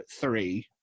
three